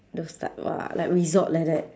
those type ah like resort like that